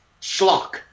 schlock